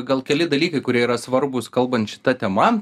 gal keli dalykai kurie yra svarbūs kalbant šita tema